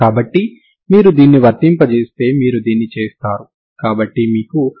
దీనిని మీరు t కి సంబంధించి అవకలనం చేస్తే u1tx0utx0gx x0 ut x0g x x0 g1 అవుతుంది